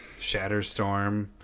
shatterstorm